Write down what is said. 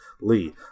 Lee